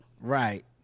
right